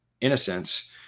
innocence